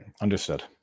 Understood